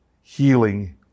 healing